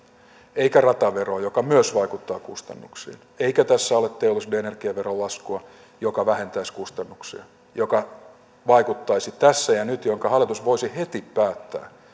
eikä rataveroa joka myös vaikuttaa kustannuksiin eikä tässä ole teollisuuden energiaveron laskua joka vähentäisi kustannuksia ja joka vaikuttaisi tässä ja nyt ja jonka hallitus voisi heti päättää